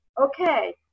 okay